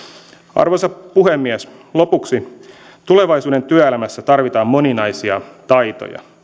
arvoisa puhemies lopuksi tulevaisuuden työelämässä tarvitaan moninaisia taitoja